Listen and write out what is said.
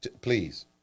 Please